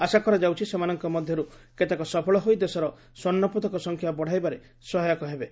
ଆଶା କରାଯାଉଛି ସେମାନଙ୍କ ମଧ୍ୟରୁ କେତେକ ସଫଳ ହୋଇ ଦେଶର ସ୍ୱର୍ଣ୍ଣ ପଦକ ସଂଖ୍ୟା ବଡ଼ାଇବାରେ ସହାୟକ ହେବେ